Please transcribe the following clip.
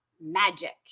magic